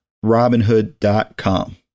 robinhood.com